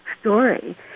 story